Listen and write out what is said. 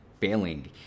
failing